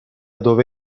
dove